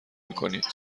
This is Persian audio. میکنید